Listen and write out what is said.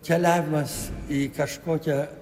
keliavimas į kažkokią